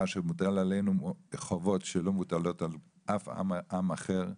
שמוטל עלינו חובות שלא מוטלות על אף עם אחר,